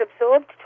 absorbed